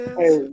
hey